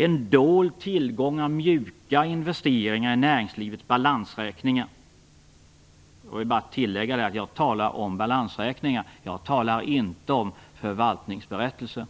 En dold tillgång av mjuka investeringar i näringslivets balansräkningar - jag vill understryka att jag talar om balansräkningar, inte om förvaltningsberättelser